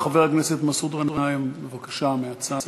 חבר הכנסת מסעוד גנאים, בבקשה, מהצד.